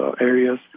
areas